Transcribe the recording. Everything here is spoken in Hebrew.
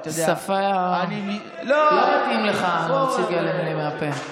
השפה, לא מתאים לך להוציא כאלה מילים מהפה.